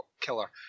killer